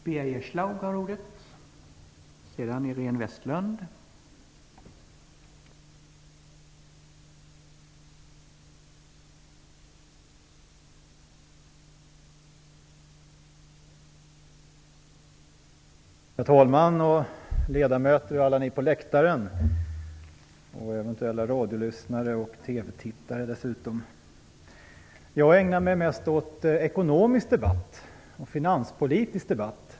Herr talman! Ledamöter, alla ni på läktaren, eventuella radiolyssnare och TV-tittare! Jag ägnar mig mest åt ekonomisk debatt och åt finanspolitisk debatt.